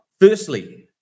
firstly